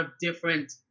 different